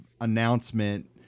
announcement